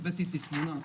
הבאתי איתי תמונה.